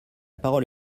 parole